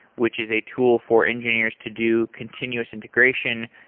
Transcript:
which is a tool for engineers to do continuous integration.